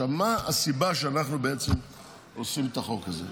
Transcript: מה הסיבה שאנחנו בעצם עושים את החוק הזה?